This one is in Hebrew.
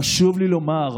חשוב לי לומר: